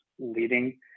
leading